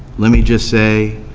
let me just say,